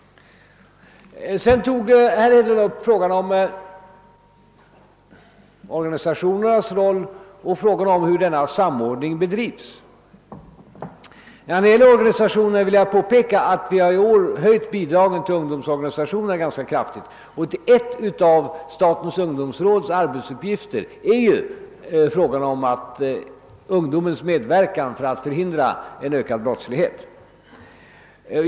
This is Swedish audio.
Herr Hedlund tog upp frågan om organisationernas roll och frågan om hur denna samordning bedrivs. Jag vill påpeka att vi i år har höjt bidraget till ungdomsorganisationerna ganska kraftigt. En av statens ungdomsråds arbetsuppgifter är ju frågan om ungdomens medverkan för att förhindra en ökad brottslighet.